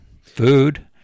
food